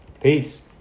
Peace